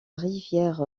rivière